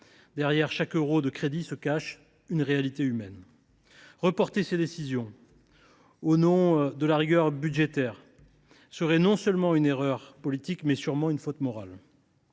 Derrière chaque euro de crédit se cache une réalité humaine. Reporter ces décisions au nom de la rigueur budgétaire serait non seulement une erreur politique, mais sûrement une faute morale.